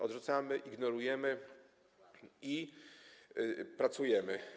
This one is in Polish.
odrzucamy, ignorujemy, i pracujemy.